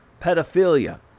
pedophilia